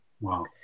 Wow